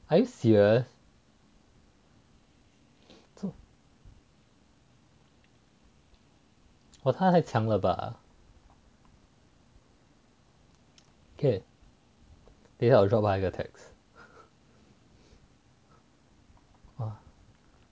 are you serious !wah! 他太强了吧 okay later I will drop 他一个 text